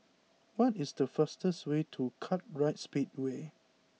what is the fastest way to Kartright Speedway